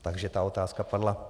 Takže ta otázka padla.